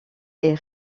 est